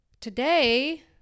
Today